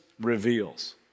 reveals